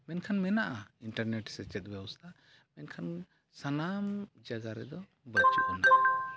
ᱢᱮᱱᱠᱷᱟᱱ ᱢᱮᱱᱟᱜᱼᱟ ᱤᱱᱴᱟᱨᱱᱮᱴ ᱥᱮᱪᱮᱫ ᱵᱮᱵᱚᱥᱛᱷᱟ ᱢᱮᱱᱠᱷᱟᱱ ᱥᱟᱱᱟᱢ ᱡᱟᱭᱜᱟ ᱨᱮᱫᱚ ᱵᱟᱹᱪᱩᱜ ᱟᱱᱟ